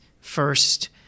first